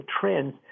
trends